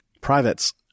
privates